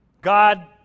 God